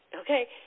okay